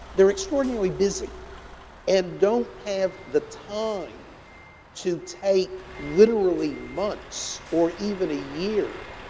they're extraordinarily busy and don't have the time to take, literally, months or even a year,